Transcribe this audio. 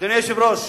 אדוני היושב-ראש,